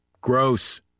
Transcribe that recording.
Gross